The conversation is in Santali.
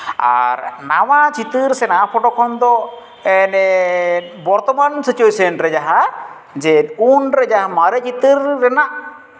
ᱟᱨ ᱱᱟᱣᱟ ᱪᱤᱛᱟᱹᱨ ᱥᱮ ᱱᱟᱣᱟ ᱯᱷᱳᱴᱳ ᱠᱷᱚᱱ ᱫᱚ ᱵᱚᱨᱛᱚᱢᱟᱱ ᱥᱤᱪᱩᱭᱮᱥᱮᱱ ᱨᱮ ᱡᱟᱦᱟᱸ ᱡᱮ ᱩᱱᱨᱮ ᱡᱟᱦᱟᱸ ᱢᱟᱨᱮ ᱪᱤᱛᱟᱹᱨ ᱨᱮᱱᱟᱜ